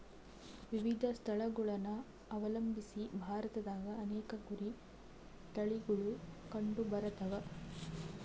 ವಿವಿಧ ಸ್ಥಳಗುಳನ ಅವಲಂಬಿಸಿ ಭಾರತದಾಗ ಅನೇಕ ಕುರಿ ತಳಿಗುಳು ಕಂಡುಬರತವ